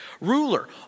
ruler